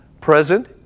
present